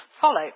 follow